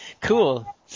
Cool